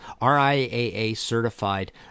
RIAA-certified